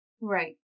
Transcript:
right